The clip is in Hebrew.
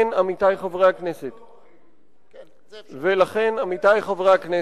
רק לחברי כנסת לא, לכן, עמיתי חברי הכנסת,